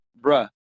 Bruh